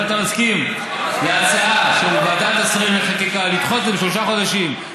אם אתה מסכים להצעה של ועדת השרים לחקיקה לדחות את זה בשלושה חודשים,